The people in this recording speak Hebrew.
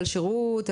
על שירות,